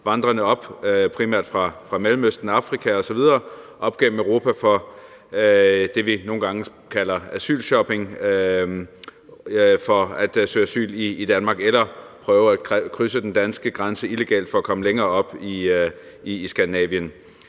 gennem Europa, primært fra Mellemøsten og Afrika osv. – det, vi nogle gange kalder asylshopping – for at søge asyl i Danmark eller prøve at krydse den danske grænse illegalt for at komme længere op i Skandinavien.